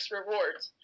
rewards